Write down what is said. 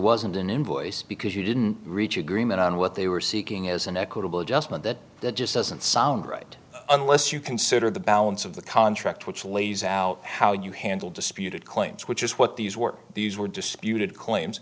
wasn't an invoice because you didn't reach agreement on what they were seeking as an equitable adjustment that just doesn't sound right unless you consider the balance of the contract which lays out how you handle dispute it claims which is what these were these were disputed claims